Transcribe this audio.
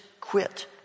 quit